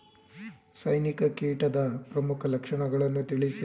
ಸೈನಿಕ ಕೀಟದ ಪ್ರಮುಖ ಲಕ್ಷಣಗಳನ್ನು ತಿಳಿಸಿ?